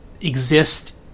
exist